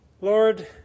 Lord